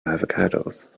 avocados